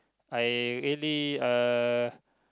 I really uh